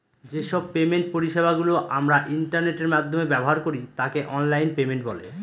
যে সব পেমেন্ট পরিষেবা গুলো আমরা ইন্টারনেটের মাধ্যমে ব্যবহার করি তাকে অনলাইন পেমেন্ট বলে